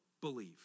believe